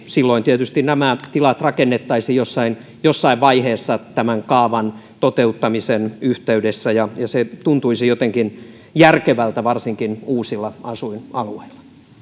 silloin tietysti nämä tilat rakennettaisiin jossain jossain vaiheessa tämän kaavan toteuttamisen yhteydessä ja se tuntuisi jotenkin järkevältä varsinkin uusilla asuinalueilla